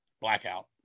Blackout